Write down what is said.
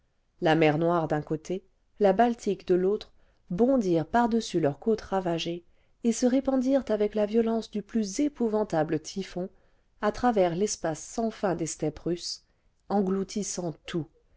la mer noire d'un côté la baltique de l'autre bondirent par-dessus leurs côtes ravagées et se répandirent avec la violence du plus épouvantable typhon à travers l'espace sans fin des steppes russes engloutissant tout